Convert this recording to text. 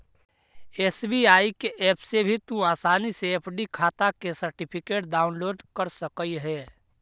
SBI के app से भी तू आसानी से एफ.डी खाटा के सर्टिफिकेट डाउनलोड कर सकऽ हे